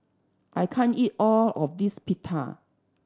I can't eat all of this Pita